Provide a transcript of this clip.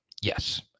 Yes